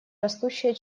растущее